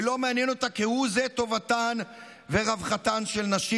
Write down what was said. ולא מעניין אותה כהוא זה טובתן ורווחתן של נשים.